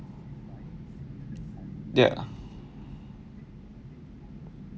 ya